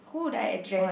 who would I address